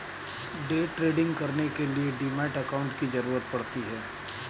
day trading करने के लिए डीमैट अकांउट की जरूरत पड़ती है